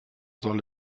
soll